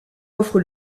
offre